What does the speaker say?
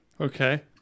Okay